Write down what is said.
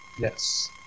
Yes